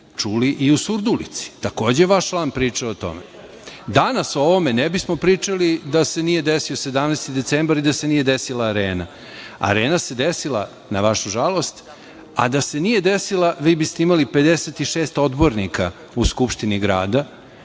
čuli u Surdulici, takođe je vaš član pričao o tome. Danas o ovome ne bismo pričali da se nije desio 17. decembar i da se nije desila Arena. Arena se desila, na vašu žalost, a da se nije desila vi biste imali 56 odbornika u Skupštini grada